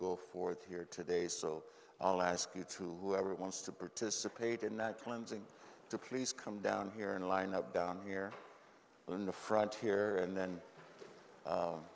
go forth here today so i'll ask you to whoever wants to participate in that cleansing to please come down here and line up down here in the front here and then